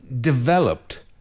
developed